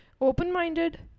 Open-minded